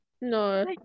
No